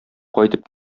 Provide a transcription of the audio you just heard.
кайтып